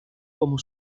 como